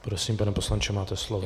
Prosím pane poslanče, máte slovo.